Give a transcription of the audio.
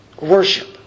worship